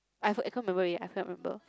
I I can't remember already I can't remember